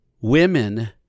women